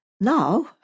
Now